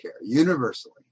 Universally